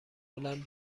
هلند